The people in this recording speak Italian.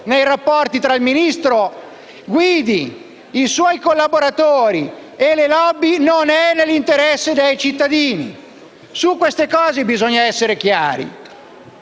nei rapporti tra il ministro Guidi, i suoi collaboratori e le *lobby* non è nell'interesse dei cittadini. Su questi punti bisogna essere chiari.